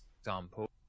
example